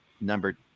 Number